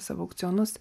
savo aukcionus